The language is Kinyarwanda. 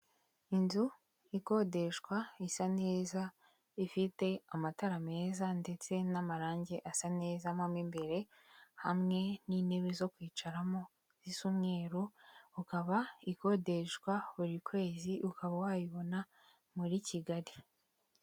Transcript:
Inzu ikodeshwa isa neza ifite amatara meza ndetse n'amarangi asa neza mo imbere hamwe n'intebe zo kwicaramo z'umweru ikaba ikodeshwa buri kwezi ukaba wayibona muri kigali.